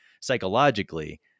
psychologically